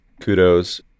Kudos